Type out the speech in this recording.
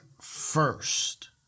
first